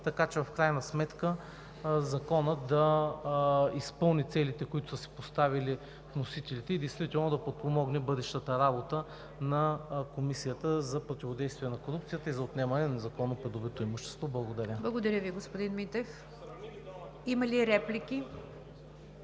така че в крайна сметка Законът да изпълни целите, които са си поставили вносителите, и действително да подпомогне бъдещата работа на Комисията за противодействие на корупцията и за отнемане на незаконно придобито имущество. Благодаря Ви. ПРЕДСЕДАТЕЛ НИГЯР ДЖАФЕР: Благодаря Ви, господин Митев. Има ли реплики?